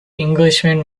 englishman